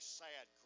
sad